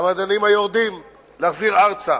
המדענים היורדים, להחזיר ארצה,